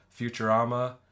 Futurama